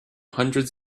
hundreds